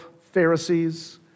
Pharisees